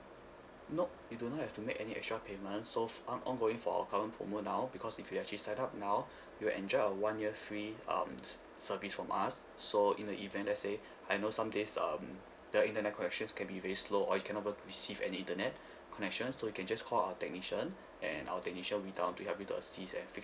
nope you do not have to make any extra payment so f~ ongoing for our current promo now because if you actually set up now you'll enjoy a one year free um service from us so in the event let's say I know some days um the internet connections can be very slow or you cannot even receive any internet connection so you can just call our technician and our technician will help you to assist and fix